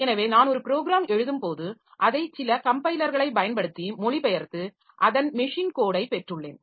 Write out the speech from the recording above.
எனவே நான் ஒரு ப்ரோக்ராம் எழுதும்போது அதை சில கம்பைலர்களைப் பயன்படுத்தி மொழிபெயர்த்து அதன் மெஷின் கோடை பெற்றுள்ளேன்